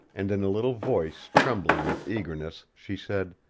and in a little voice trembling with eagerness she said,